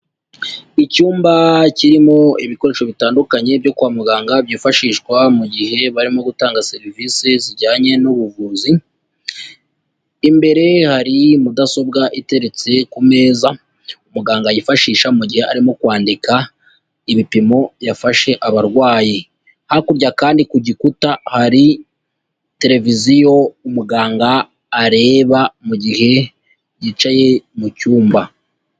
Icyumba kirimo ibikoresho bitandukanye byo kwa muganga, byifashishwa mu gihe barimo gutanga serivisi zijyanye n'ubuvuzi. Imbere hari mudasobwa iteretse ku meza muganga yifashisha mu gihe arimo kwandika ibipimo yafasha abarwayi, hakurya kandi ku gikuta hari televiziyo umuganga areba mu gihe yicaye mu cyumba.